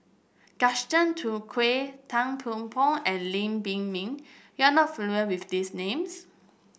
Gaston Dutronquoy Tang Thiam Poh and Lam Pin Min you are not familiar with these names